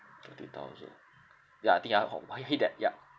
thirty thousand ya I think ya ho~ I hit that ya